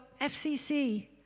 FCC